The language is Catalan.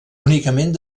únicament